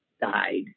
died